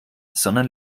sondern